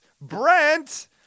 Brent